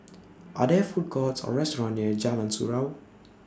Are There Food Courts Or restaurants near Jalan Surau